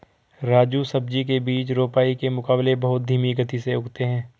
राजू सब्जी के बीज रोपाई के मुकाबले बहुत धीमी गति से उगते हैं